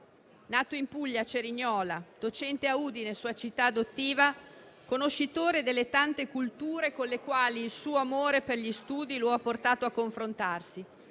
Nato in Puglia, a Cerignola, docente a Udine, sua città adottiva, conoscitore delle tante culture con le quali il suo amore per gli studi lo ha portato a confrontarsi,